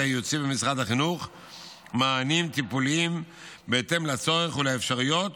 הייעוצי במשרד החינוך מענים טיפוליים בהתאם לצורך ולאפשרויות